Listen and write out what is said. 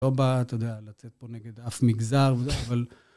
לא באה, אתה יודע, לצאת פה נגד אף מגזר וזה, אבל...